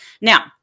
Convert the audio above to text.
Now